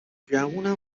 گمونم